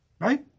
Right